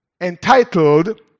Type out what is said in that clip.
entitled